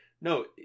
no